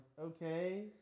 okay